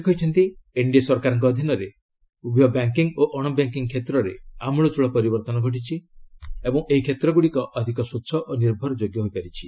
ସେ କହିଛନ୍ତି ଏନ୍ଡିଏ ସରକାରଙ୍କ ଅଧୀନରେ ଉଭୟ ବ୍ୟାଙ୍କିଙ୍ଗ୍ ଓ ଅଣ ବ୍ୟାଙ୍କିଙ୍ଗ୍ କ୍ଷେତ୍ରରେ ଆମୂଳଚୂଳ ପରିବର୍ତ୍ତନ ଘଟିଛି ଓ ଏହି କ୍ଷେତ୍ରଗୁଡ଼ିକ ଅଧିକ ସ୍ୱଚ୍ଛ ଓ ନିର୍ଭରଯୋଗ୍ୟ ହୋଇପାରିଛି